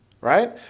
right